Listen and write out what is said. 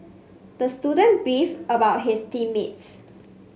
the student beefed about his team mates